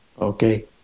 Okay